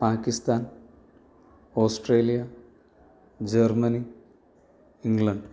Pakistan Australia Germany England